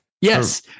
Yes